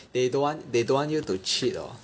they don't want they don't want you to cheat hor